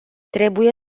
trebuie